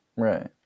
right